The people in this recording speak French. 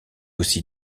aussi